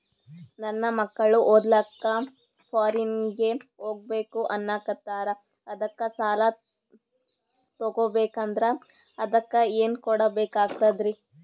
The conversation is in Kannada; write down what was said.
ನನ್ನ ಮಕ್ಕಳು ಓದ್ಲಕ್ಕ ಫಾರಿನ್ನಿಗೆ ಹೋಗ್ಬಕ ಅನ್ನಕತ್ತರ, ಅದಕ್ಕ ಸಾಲ ತೊಗೊಬಕಂದ್ರ ಅದಕ್ಕ ಏನ್ ಕೊಡಬೇಕಾಗ್ತದ್ರಿ?